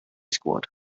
squad